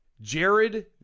Jared